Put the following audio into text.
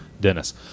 dennis